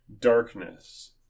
darkness